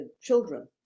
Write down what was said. children